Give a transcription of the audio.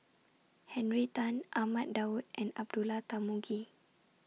Henry Tan Ahmad Daud and Abdullah Tarmugi